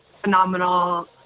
phenomenal